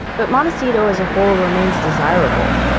but montecito as a whole remains desirable.